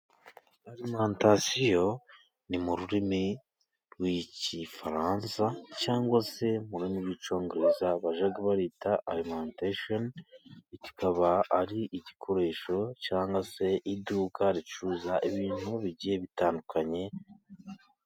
Arimantasiyo ni mu rurimi rw'Igifaransa， cyangwa se mu rurimi rw'Icyongereza，bajya barita arimantesheni，kikaba ari igikoresho，cyangwa se iduka ricuruza ibintu bigiye bitandukanye.